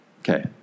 Okay